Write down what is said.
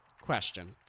question